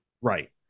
Right